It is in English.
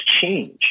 change